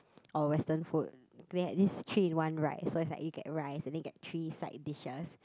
or western food we had this three in one rice so is like you get rice and then you get three side dishes